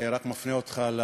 אני רק מפנה אותך לשעון,